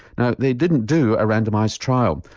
now they didn't do a randomised trial,